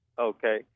Okay